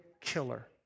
killer